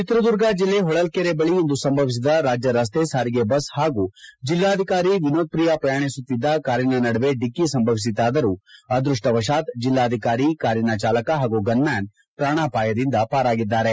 ಚಿತ್ರದುರ್ಗ ಜಿಲ್ಲೆ ಹೊಳಲ್ಕೆರೆ ಬಳಿ ಇಂದು ಸಂಭವಿಸಿದ ರಾಜ್ಯ ರಸ್ತೆ ಸಾರಿಗೆ ಬಸ್ ಹಾಗೂ ಜಿಲ್ಲಾಧಿಕಾರಿ ವಿನೋತ್ ಪ್ರಿಯಾ ಪ್ರಯಾಣಿಸುತ್ತಿದ್ದ ಕಾರಿನ ನಡುವೆ ಡಿಕ್ಕೆ ಸಂಭವಿಸಿತಾದರೂ ಅದೃಷ್ಟ ವಶಾತ್ ಜಿಲ್ಲಾಧಿಕಾರಿ ಕಾರಿನ ಚಾಲಕ ಹಾಗೂ ಗನ್ಮ್ಯಾನ್ ಪ್ರಾಣಾಪಾಯದಿಂದ ಪಾರಾಗಿದ್ದಾರೆ